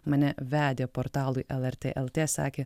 mane vedė portalui lrt lt sakė